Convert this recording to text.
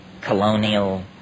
colonial